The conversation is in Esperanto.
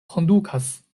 kondukas